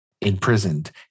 imprisoned